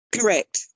Correct